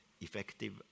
effective